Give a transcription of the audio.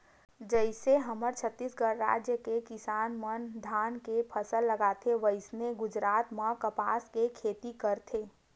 जइसे हमर छत्तीसगढ़ राज के किसान मन धान के फसल लगाथे वइसने गुजरात म कपसा के खेती करथे